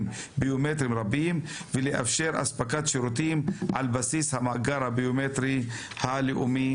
ביומטריים רבים ולאפשר אספקת שירותים על בסיס המאגר הביומטרי הלאומי.